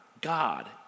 God